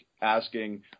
Asking